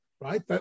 right